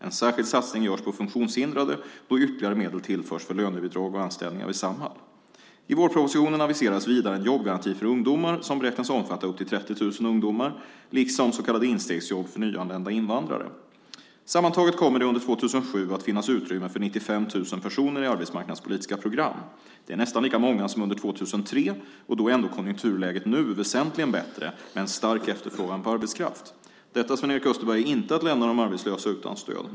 En särskild satsning görs på funktionshindrade då ytterligare medel tillförs för lönebidrag och anställningar vid Samhall AB. I vårpropositionen aviseras vidare en jobbgaranti för ungdomar som beräknas omfatta upp till 30 000 ungdomar, liksom så kallade instegsjobb för nyanlända invandrare. Sammantaget kommer det under 2007 att finnas utrymme för 95 000 personer i arbetsmarknadspolitiska program. Det är nästan lika många som under 2003 - och då är ändå konjunkturläget nu väsentligt bättre med en stark efterfrågan på arbetskraft. Detta, Sven-Erik Österberg, är inte att lämna de arbetslösa utan stöd.